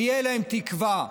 ותהיה להם תקווה.